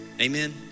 Amen